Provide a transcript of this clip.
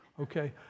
okay